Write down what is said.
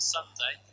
Sunday